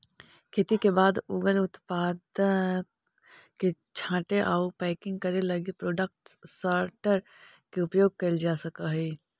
खेती के बाद उगल उत्पाद के छाँटे आउ पैकिंग करे लगी प्रोडक्ट सॉर्टर के उपयोग कैल जा हई